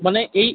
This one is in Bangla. মানে এই